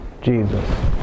Jesus